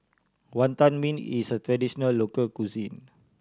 Wantan Mee is a traditional local cuisine